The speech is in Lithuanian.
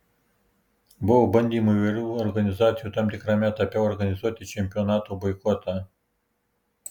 buvo bandymų įvairių organizacijų tam tikrame etape organizuoti čempionato boikotą